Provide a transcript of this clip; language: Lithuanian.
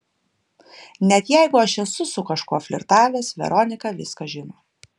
net jeigu aš esu su kažkuo flirtavęs veronika viską žino